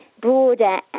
broader